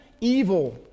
Evil